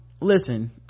listen